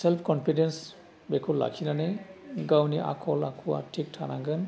self confidence बेखौ लाखिनानै गावनि आखल आखुवा थिख थानांगोन